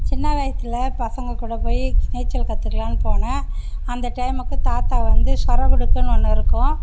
சின்ன வயசில் பசங்கக்கூட போய் நீச்சல் கற்றுக்கலான் போனேன் அந்த டைமுக்கு தாத்தா வந்து சொரை குடுக்கைனு ஒன்று இருக்கும்